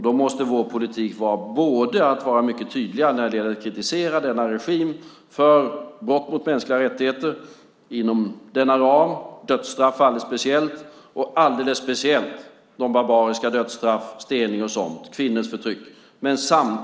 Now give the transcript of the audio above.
Då måste vår politik vara både att vara mycket tydlig när det gäller att kritisera denna regim för brott mot mänskliga rättigheter inom denna ram, dödsstraff speciellt och alldeles speciellt de barbariska dödsstraffen stening och sådant, liksom kvinnors förtryck.